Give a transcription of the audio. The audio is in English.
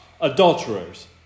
adulterers